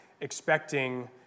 expecting